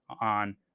on